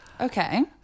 Okay